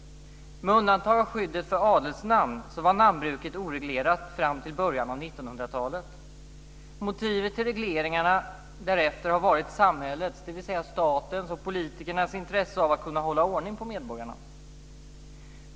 Med undantag för skyddet av adelsnamn var namnbruket oreglerat fram till början av 1900-talet. Motivet till regleringarna därefter har varit samhällets, dvs. statens och politikernas, intresse av att kunna hålla ordning på medborgarna.